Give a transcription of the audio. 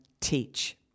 TEACH